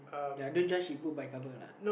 ya don't he book by cover lah